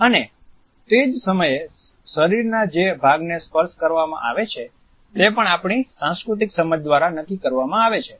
અને તે જ સમયે શરીરના જે ભાગને સ્પર્શ કરવામાં આવે છે તે પણ આપણી સાંસ્કૃતિક સમજ દ્વારા નક્કી કરવામાં આવે છે